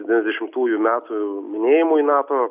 devyniasdešimtųjų metų minėjimui nato